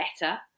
better